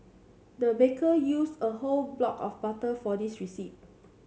the baker used a whole block of butter for this